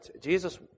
Jesus